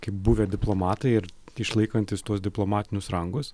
kaip buvę diplomatai ir išlaikantys tuos diplomatinius rangus